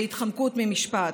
בהתחמקות ממשפט.